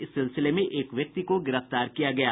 इस सिलसिले में एक व्यक्ति को गिरफ्तार किया गया है